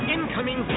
Incoming